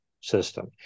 system